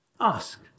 Ask